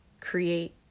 create